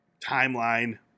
timeline